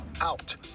out